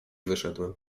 wyszedłem